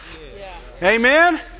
Amen